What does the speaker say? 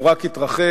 הוא רק התרחש,